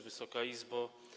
Wysoka Izbo!